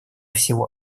всего